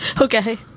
Okay